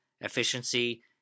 efficiency